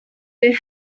they